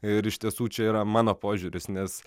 ir iš tiesų čia yra mano požiūris nes